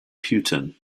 putin